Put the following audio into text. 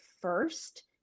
first